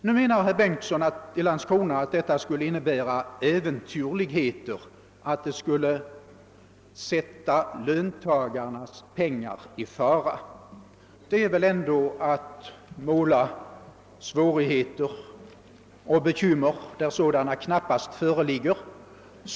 Nu menar herr Bengtsson i Landskrona att detta är äventyrligheter som skulle sätta löntagarnas pengar i fara. Det är väl ändå att utmåla svårigheter och bekymmer som knappast finns. För det första har man att minnas, att det förmedlande kreditinstitutet är betalningsskyldigt gentemot fonderna.